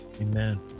Amen